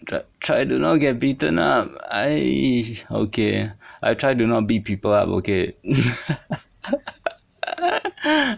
try try to not get beaten up I okay I'll try to not beat people up okay